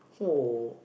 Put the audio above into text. oh